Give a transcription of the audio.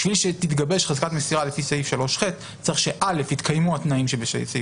כדי שתתגבש חזקת מסירה לפי סעיף 3ח צריך שיתקיימו התנאים שבסעיף